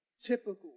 typical